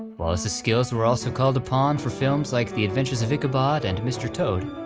wallace's skills were also called upon for films like the adventures of ichabod and mr. toad,